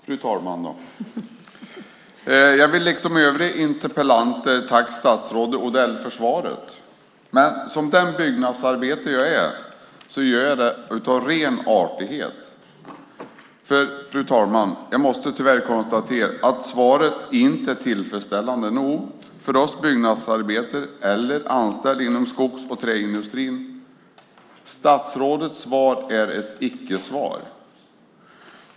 Fru talman! Jag vill liksom övriga interpellanter tacka statsrådet Odell för svaret, men som den byggnadsarbetare jag är gör jag det av ren artighet. För jag måste tyvärr konstatera att svaret inte är tillfredsställande nog för oss byggnadsarbetare eller anställda inom i skogs och trädindustrin. Statsrådets svar är ett icke-svar.